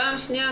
פעם שנייה,